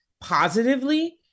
positively